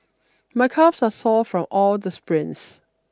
my calves are sore from all the sprints